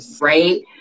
right